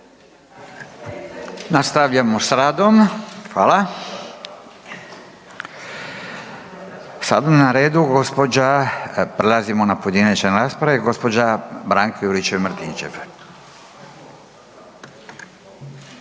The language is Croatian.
Nastavljamo s radom, hvala. Sada je na redu gospođa, prelazimo na pojedinačne rasprave, gospođa Branka Juričev Martinčev.